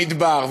במדבר.